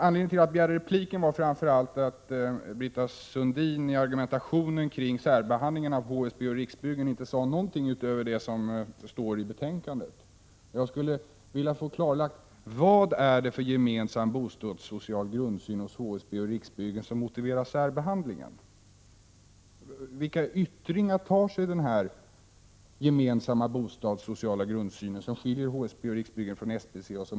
Anledningen till att jag begärde replik var framför allt att Britta Sundin i argumentationen kring särbehandlingen av HSB och Riksbyggen inte sade någonting utöver det som står i betänkandet. Jag skulle vilja få klarlagt vad det är för gemensam bostadssocial grundsyn hos HSB och Riksbyggen som motiverar särbehandlingen. Vilka yttringar tar sig denna gemensamma bostadssociala grundsyn, som skiljer HSB och Riksbyggen från SBC?